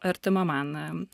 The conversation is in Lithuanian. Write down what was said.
artima man